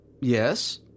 Yes